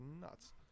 nuts